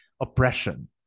oppression